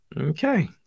Okay